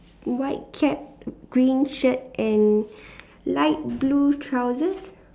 white cap green shirt and light blue trousers